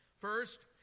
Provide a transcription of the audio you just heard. First